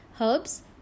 Herbs